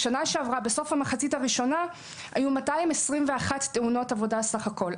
בשנה שעברה בסוף המחצית הראשונה היו 221 תאונות עבודה בסך הכול.